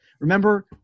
remember